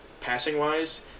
passing-wise